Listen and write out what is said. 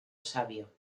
sabio